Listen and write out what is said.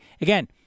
again